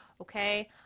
Okay